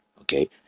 Okay